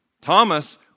Thomas